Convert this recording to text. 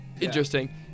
interesting